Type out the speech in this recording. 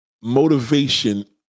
motivation